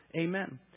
Amen